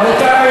רבותי,